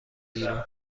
بیرون